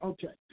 Okay